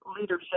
leadership